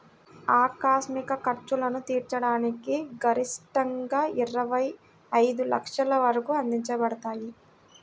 ఆకస్మిక ఖర్చులను తీర్చడానికి గరిష్టంగాఇరవై ఐదు లక్షల వరకు అందించబడతాయి